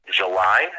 july